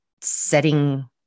setting